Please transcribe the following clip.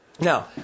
Now